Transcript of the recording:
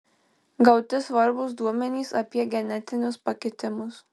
gauti svarbūs duomenys apie genetinius pakitimus